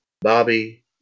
Bobby